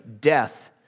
death